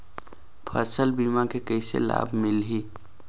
फसल बीमा के कइसे लाभ मिलही?